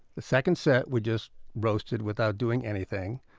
the second set we just roasted without doing anything,